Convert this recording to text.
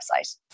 website